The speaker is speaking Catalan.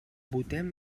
votem